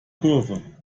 kurve